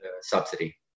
subsidy